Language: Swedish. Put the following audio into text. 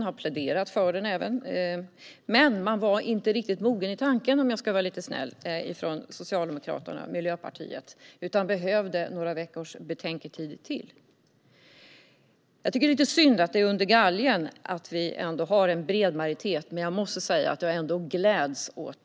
Men från Socialdemokraterna och Miljöpartiet var man inte riktigt mogen i tanken, för att uttrycka det lite snällt, utan man behövde ytterligare några veckors betänketid. Jag tycker att det är lite synd att det först är under galgen som vi får en bred majoritet, men jag gläds ändå åt det.